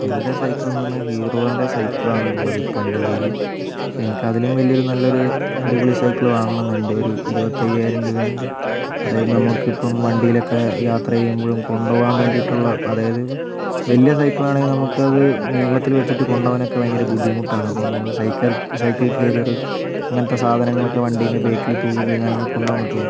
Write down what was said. എൻ്റെ സൈക്കിൾ എന്ന് പറഞ്ഞാൽ ഹീറോൻ്റെ സൈക്കിൾ ആണ് ഉള്ളത് ഇപ്പൊൾ എൻ്റെ കൈയില് പക്ഷെ എനിക്ക് അതിലും വലിയൊരു നല്ലൊരു അടിപൊളി സൈക്കിൾ വാങ്ങണം എന്നുണ്ട് ഒരു ഇരുപത്തയ്യായിരം രൂപയിൻ്റെ അതായത് നമുക്ക് ഇപ്പം വണ്ടിയിലൊക്കെ യാത്രചെയ്യുമ്പോൾ കൊണ്ടുപോകാൻ വേണ്ടിട്ടുള്ള അതായത് വലിയ സൈക്കിളാണെങ്കിൽ നമുക്ക് അത് നീളത്തിൽ വെച്ചിട്ട് കൊണ്ടുപോകാനൊക്കെ ഭയങ്കര ബുദ്ധിമുട്ടാണ് അപ്പോൾ നമ്മള് സൈക്കിൾ സൈക്കിൾ കാരിയർ അങ്ങനത്തെ സാധനങ്ങളൊക്കെ വണ്ടിയുടെ ബാക്കിൽ തൂക്കി കഴിഞ്ഞാലാണ് കൊണ്ടുപോകാൻ പറ്റുകയുള്ളു